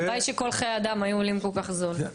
הלוואי שכל חיי אדם היו עולים כל כך זול.